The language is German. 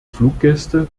fluggäste